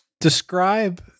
Describe